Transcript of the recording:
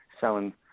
selling